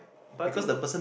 but I think